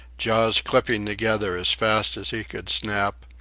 jaws clipping together as fast as he could snap,